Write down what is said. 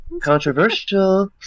Controversial